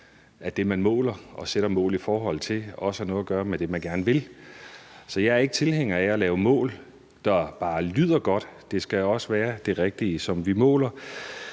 at det, man måler og sætter mål i forhold til, også har noget at gøre med det, man gerne vil. Så jeg er ikke tilhænger af at lave mål, der bare lyder godt; det skal også være det rigtige, som vi måler.